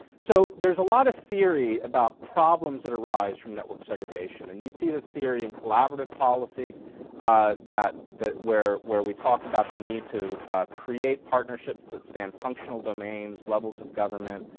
so there's a lot of theory about problems that arise from network segregation and you see this theory in collaborative policy that where where we talked about the need to create partnerships that span functional domains, levels of government,